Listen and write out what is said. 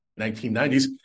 1990s